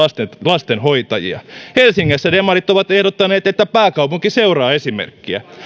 lastenhoitajia helsingissä demarit ovat ehdottaneet että pääkaupunki seuraa esimerkkiä